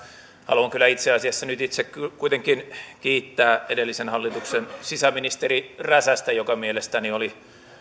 haluan kyllä itse asiassa nyt itse kuitenkin kiittää edellisen hallituksen sisäministeri räsästä joka mielestäni oli